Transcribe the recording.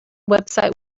website